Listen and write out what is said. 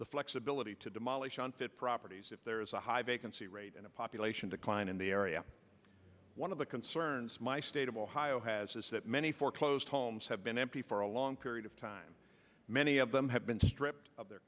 the flexibility to demolish on fit properties if there is a high vacancy rate in a population decline in the area one of the concerns my state of ohio has is that many foreclosed homes have been empty for a long period of time many of them have been stripped of their